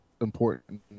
important